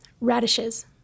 Radishes